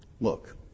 Look